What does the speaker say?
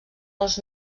els